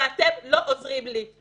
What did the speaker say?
ואתם לא עוזרים לי.